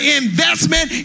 investment